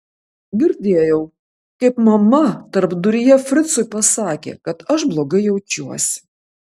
girdėjau kaip mama tarpduryje fricui pasakė kad aš blogai jaučiuosi